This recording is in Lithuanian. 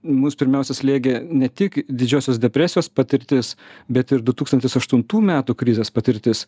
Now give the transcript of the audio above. mus pirmiausia slėgė ne tik didžiosios depresijos patirtis bet ir du tūkstantis aštuntų metų krizės patirtis